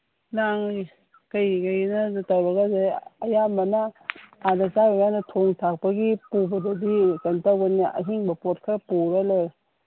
ꯅꯪ ꯀꯩꯀꯩꯅꯣ ꯇꯧꯔꯒꯁꯤ ꯑꯌꯥꯝꯕꯅ ꯑꯥꯗ ꯆꯠꯂꯒ ꯊꯣꯡ ꯊꯥꯛꯄꯒꯤ ꯄꯨꯕꯗꯗꯤ ꯀꯩꯅꯣ ꯇꯧꯕꯅꯤꯅ ꯑꯍꯤꯡꯕ ꯄꯣꯠ ꯈꯔ ꯄꯨꯔꯥ ꯂꯣꯏꯔꯦ